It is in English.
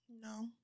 No